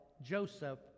Joseph